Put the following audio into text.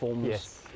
Yes